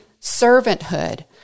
servanthood